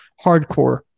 hardcore